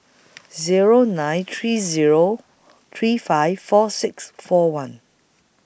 Zero nine three Zero three five four six four one